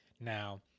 Now